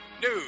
news